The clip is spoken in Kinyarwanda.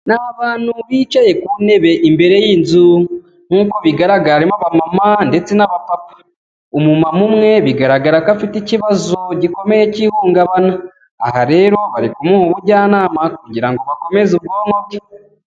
Ni Abantu bicaye ku ntebe imbere y'inzu, nk'uko bigaragara harimo abamama ndetse n'abapapa, umumama umwe bigaragara ko afite ikibazo gikomeye k'ihungabana, aha rero bari kumuha ubujyanama kugira ngo bakomeze ubwonko bwe.